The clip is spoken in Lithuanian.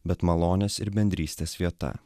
bet malonės ir bendrystės vieta